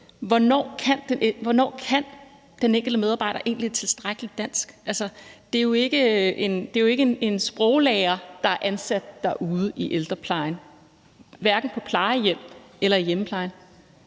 Hvornår kan den enkelte medarbejder egentlig et tilstrækkeligt dansk? Altså, det er jo ikke en sproglærer, der er ansat derude, hverken på plejehjem eller i hjemmeplejen.